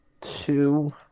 two